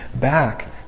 back